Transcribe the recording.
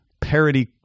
parody